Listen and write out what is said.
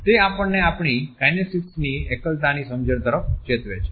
તે આપણને આપણી કાઈનેસીક્સની એકલતાની સમજણ તરફ ચેતવે છે